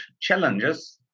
challenges